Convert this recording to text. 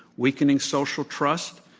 weakening social trust,